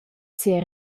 sia